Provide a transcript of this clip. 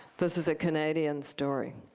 this is a canadian story.